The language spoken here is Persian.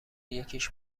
یکیش